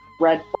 Red